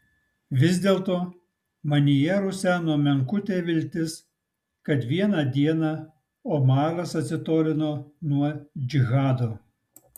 vis dėlto manyje ruseno menkutė viltis kad vieną dieną omaras atsitolino nuo džihado